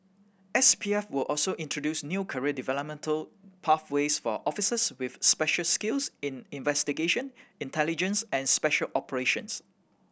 S P F will also introduce new career developmental pathways for officers with specialised skills in investigation intelligence and special operations